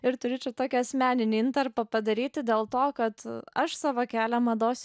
ir turiu čia tokį asmeninę intarpą padaryti dėl to kad aš savo kelią mados